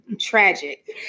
tragic